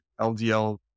LDL